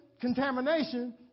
contamination